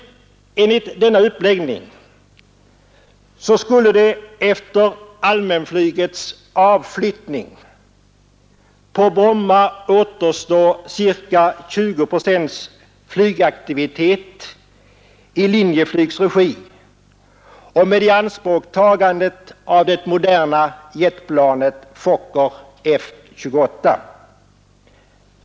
Enligt denna uppläggning skulle det efter allmänflygets avflyttning på Bromma återstå ca 20 procents flygaktivitet i Linjeflygs regi med i anspråktagande av det moderna jetflygplanet Fokker F-28.